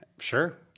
Sure